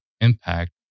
impact